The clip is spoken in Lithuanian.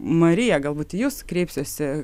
marija galbūt į jus kreipsiuosi